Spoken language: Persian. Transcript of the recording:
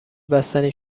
بستنی